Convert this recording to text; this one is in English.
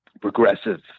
progressive